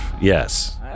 Yes